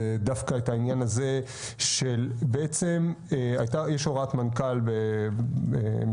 דווקא את העניין של הוראת המנכ"ל 4.17,